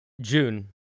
June